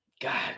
God